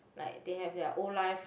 like they have their whole life